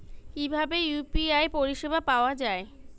কিভাবে ইউ.পি.আই পরিসেবা পাওয়া য়ায়?